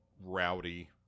rowdy